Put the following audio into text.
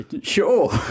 Sure